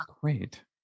Great